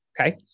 Okay